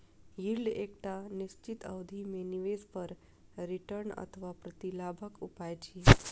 yield एकटा निश्चित अवधि मे निवेश पर रिटर्न अथवा प्रतिलाभक उपाय छियै